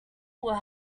will